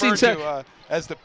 seen as the